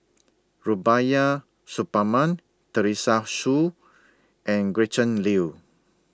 Rubiah Suparman Teresa Hsu and Gretchen Liu